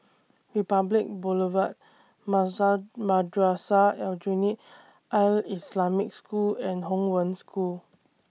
Republic Boulevard Madrasah Aljunied Al Islamic School and Hong Wen School